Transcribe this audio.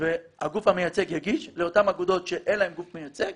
הגוף המייצג יגיש לאותן אגודות שאין להן גוף מייצג.